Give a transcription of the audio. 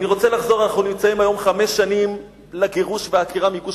אני רוצה לחזור: אנחנו נמצאים היום חמש שנים לגירוש והעקירה מגוש-קטיף.